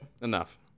Enough